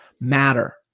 matter